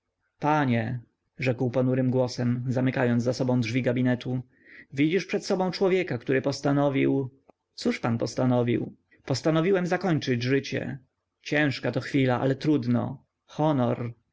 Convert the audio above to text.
panie rzekł ponurym głosem zamykając drzwi gabinetu widzisz przed sobą człowieka który postanowił cóż pan postanowił postanowiłem zakończyć życie ciężka to chwila ale trudno honor